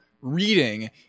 reading